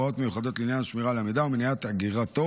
הוראות מיוחדות לעניין השמירה על המידע ומניעת אגירתו